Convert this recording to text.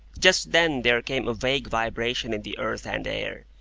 just then there came a vague vibration in the earth and air,